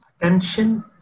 Attention